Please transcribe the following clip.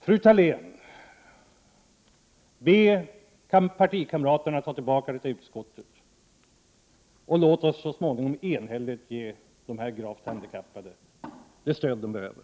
Fru Thalén, be partikamraterna ta tillbaka ärendet till utskottet, och låt oss så småningom enhälligt ge de gravt handikappade det stöd de behöver!